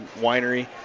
winery